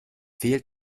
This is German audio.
fehlt